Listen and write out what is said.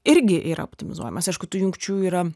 irgi yra optimizuojamos aišku tų jungčių yra